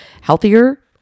healthier